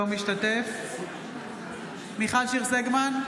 אינו משתתף בהצבעה מיכל שיר סגמן,